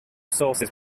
sources